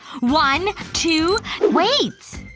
one, two wait!